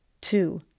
two